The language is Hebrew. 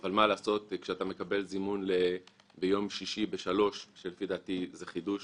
אבל מה לעשות שכשאתה מקבל זימון ביום שישי ב-15:00 לפי דעתי זה חידוש